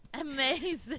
Amazing